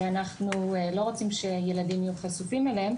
ואנחנו לא רוצים שילדים יהיו חשופים אליהם